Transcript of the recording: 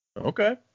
Okay